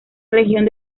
región